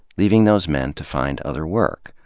leaving those men to find other work.